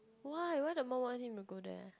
why why the mum want him to go there